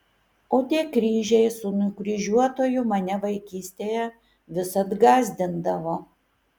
o tie kryžiai su nukryžiuotuoju mane vaikystėje visad gąsdindavo